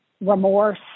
remorse